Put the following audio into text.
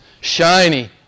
shiny